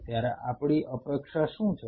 ત્યારે આપણી અપેક્ષા શું છે